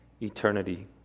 eternity